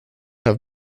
have